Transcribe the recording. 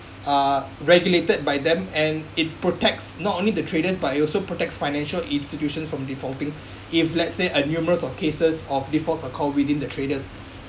uh regulated by them and it protects not only the traders but it also protects financial institutions from defaulting if let's say a numerous of cases of defaults or call within the traders